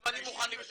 אז גם אני מוכן לבדוק.